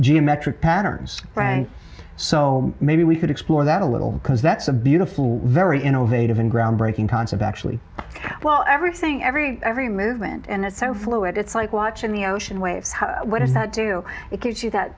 geometric patterns so maybe we could explore that a little because that's a beautiful very innovative and groundbreaking concept actually well everything every every movement and it's so fluid it's like watching the ocean waves what does that do it gives you that